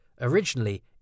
originally